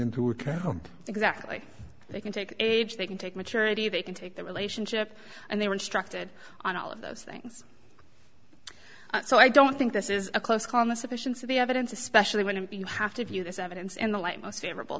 fact exactly they can take age they can take maturity they can take their relationship and they were instructed on all of those things so i don't think this is a close call in the sufficiency of the evidence especially when you have to view this evidence in the light most favorable